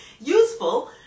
Useful